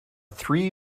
three